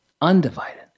undivided